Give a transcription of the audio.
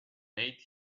made